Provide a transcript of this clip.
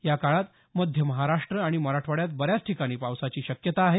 या काळात मध्य महाराष्ट आणि मराठवाड्यात बऱ्याच ठिकाणी पावसाची शक्यता आहे